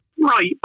right